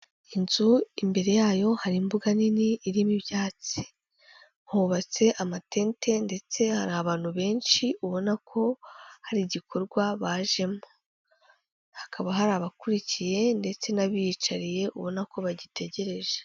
Inzu imbere yayo hari imbuga nini irimo ibyatsi, hubatse amatente ndetse hari abantu benshi ubona ko hari igikorwa bajemo, hakaba hari abakurikiye ndetse n'abiyicariye ubona ko bagitegereje.